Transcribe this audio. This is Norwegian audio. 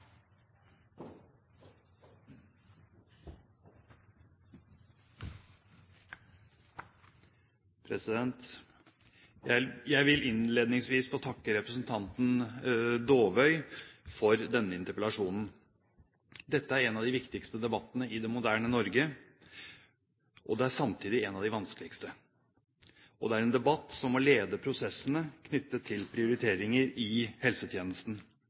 en av de viktigste debattene i det moderne Norge. Det er samtidig en av de vanskeligste, og det er en debatt som må lede prosessene knyttet til prioriteringer i helsetjenesten.